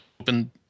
Open